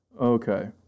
Okay